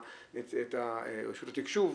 את רשות התקשוב,